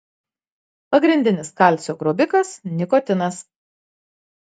pagrindinis kalcio grobikas nikotinas